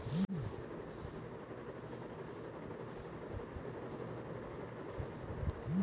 মাটির পুষ্টি উপাদানকে ধোরে রাখতে সবচাইতে বেশী সাহায্য কোরে নাইট্রোজেন দিয়ে অণুজীব আর কেঁচো